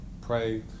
pray